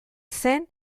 zen